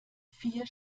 vier